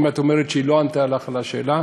אם את אומרת שהיא לא ענתה לך על השאלה,